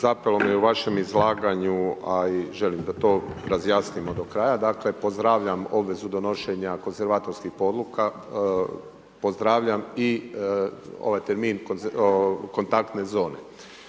zapelo mi je u vašem izlaganju, a i želim da to razjasnimo do kraja, dakle, pozdravljam obvezu donošenja konzervatorskih odluka, pozdravljam i ovaj termin, kontaktne zone.